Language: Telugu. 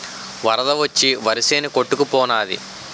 వరద వచ్చి వరిసేను కొట్టుకు పోనాది